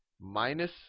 minus